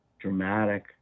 dramatic